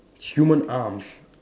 human arms